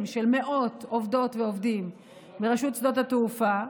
של מאות עובדות ועובדים מרשות שדות התעופה,